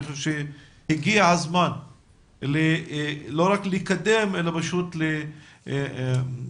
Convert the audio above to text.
אני חושב שהגיע הזמן לא רק לקדם אלא פשוט לסיים